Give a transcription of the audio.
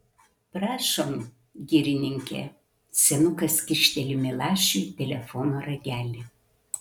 prašom girininke senukas kyšteli milašiui telefono ragelį